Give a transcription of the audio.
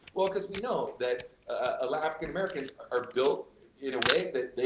well, because we know, that ah like african americans are built in a way that they,